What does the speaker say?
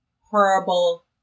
horrible